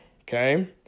okay